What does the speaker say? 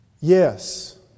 Yes